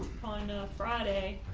final friday.